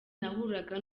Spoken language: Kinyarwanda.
nahuraga